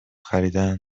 خریدن